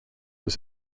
was